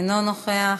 אינו נוכח.